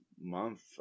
month